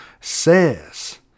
says